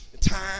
time